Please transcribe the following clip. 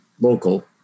local